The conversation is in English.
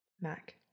Mac